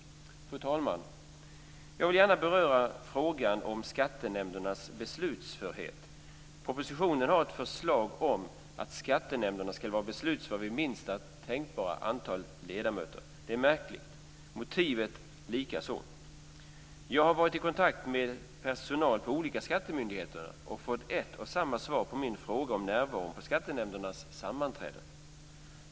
Fru talman! Jag vill gärna beröra frågan om skattenämndernas beslutförhet. Propositionen har ett förslag om att skattenämnderna ska vara beslutföra vid minsta tänkbara antal ledamöter. Det är märkligt, motivet likaså. Jag har varit i kontakt med personal på olika skattemyndigheter och fått ett och samma svar på min fråga om närvaron på skattenämndernas sammanträden.